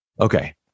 Okay